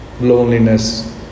loneliness